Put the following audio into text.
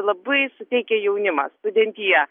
labai suteikia jaunimas studentija